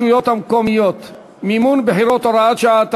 הצעת חוק הרשויות המקומיות (מימון בחירות) (הוראת שעה),